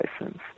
license